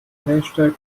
hashtag